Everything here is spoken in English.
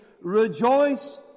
Rejoice